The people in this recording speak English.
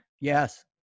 yes